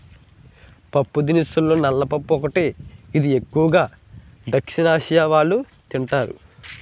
పప్పుదినుసుల్లో నల్ల పప్పు ఒకటి, ఇది ఎక్కువు గా దక్షిణఆసియా ప్రజలు తింటారు